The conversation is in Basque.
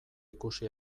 ikusi